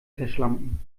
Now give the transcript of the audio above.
verschlampen